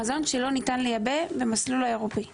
מזון שלא ניתן לייבא במסלול האירופי";